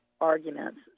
arguments